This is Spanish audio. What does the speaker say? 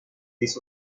hizo